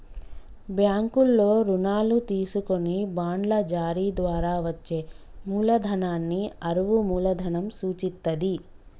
బ్యాంకుల్లో రుణాలు తీసుకొని బాండ్ల జారీ ద్వారా వచ్చే మూలధనాన్ని అరువు మూలధనం సూచిత్తది